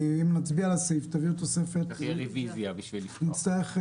אם נצביע על הסעיף ותביאו תוספת, נצטרך תהליך.